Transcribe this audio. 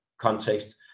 context